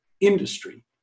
industry